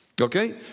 Okay